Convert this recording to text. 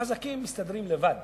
החזקים מסתדרים לבד.